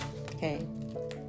Okay